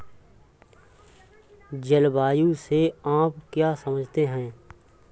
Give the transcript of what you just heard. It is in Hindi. जलवायु से आप क्या समझते हैं?